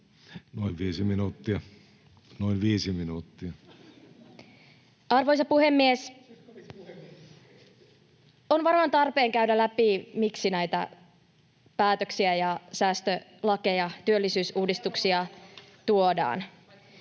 Content: Arvoisa puhemies! On varmaan tarpeen käydä läpi, miksi näitä päätöksiä ja säästölakeja, työllisyysuudistuksia, tuodaan.